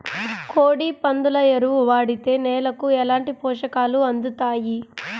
కోడి, పందుల ఎరువు వాడితే నేలకు ఎలాంటి పోషకాలు అందుతాయి